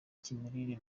cy’imirire